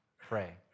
pray